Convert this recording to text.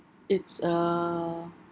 it's uh